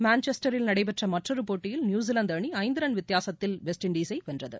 மான்செஸ்டரில் நடைபெற்ற மற்றொரு போட்டியில் நியூசிலாந்து அணி ஐந்து ரன் வித்தியாசத்தில் வெஸ்ட் இண்டஸை வென்றது